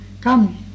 come